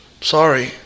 Sorry